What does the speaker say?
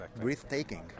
breathtaking